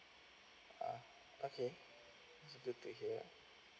uh okay it's good to hear